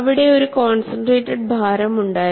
അവിടെ ഒരു കോൺസെൻട്രേറ്റഡ് ഭാരം ഉണ്ടായിരുന്നു